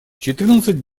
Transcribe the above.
четырнадцать